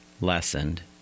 lessened